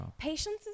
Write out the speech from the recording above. Patience